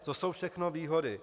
To jsou všechno výhody.